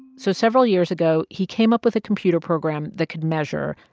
so several years ago he came up with a computer program that could measure,